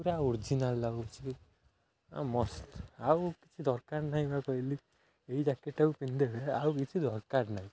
ପୁରା ଓରିଜିନାଲ୍ ଲାଗୁଛି ଆ ମସ୍ତ ଆଉ କିଛି ଦରକାର ନାହିଁ ବା କହିଲି ଏଇ ଜ୍ୟାକେଟ୍ଟାକୁ ପିନ୍ଧଦେବେ ଆଉ କିଛି ଦରକାର ନାହିଁ